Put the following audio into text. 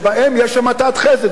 שבהן יש המתת חסד,